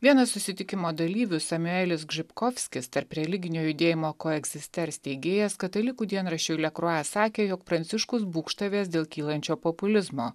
vienas susitikimo dalyvių samuelis žibkovskis tarp religinio judėjimo koegzister steigėjas katalikų dienraščiui le krua sakė jog pranciškus būgštavęs dėl kylančio populizmo